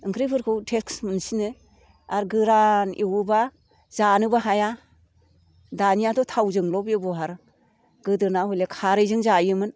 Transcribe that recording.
ओंख्रिफोरखौ टेस्ट मोनसिनो आरो गोरान एवोबा जानोबो हाया दानियाथ' थावजोंल' बेब'हार गोदोना हले खारैजों जायोमोन